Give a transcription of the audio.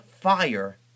fire